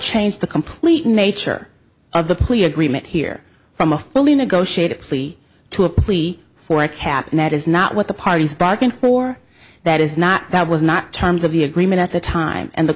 change the complete nature of the plea agreement here from a fairly negotiated plea to a plea for a cap and that is not what the parties bargained for that is not that was not terms of the agreement at the time and the